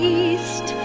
east